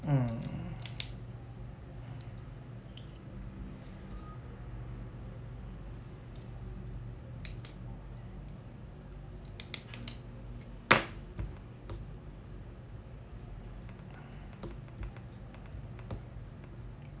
um